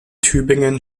tübingen